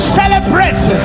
celebrate